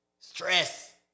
Stress